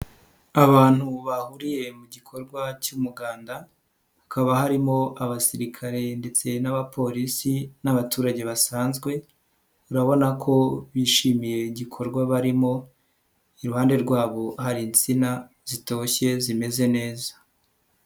Abantu bahuriye mu gikorwa cy'umuganda, hakaba harimo abasirikare ndetse n'abapolisi n'abaturage basanzwe, urabona ko bishimiye igikorwa barimo, iruhande rwabo hari insina zitoshye zimeze neza.